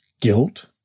guilt